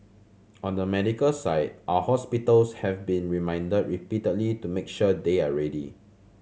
on the medical side our hospitals have been reminded repeatedly to make sure they are ready